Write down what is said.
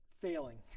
Failing